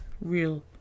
real